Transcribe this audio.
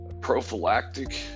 prophylactic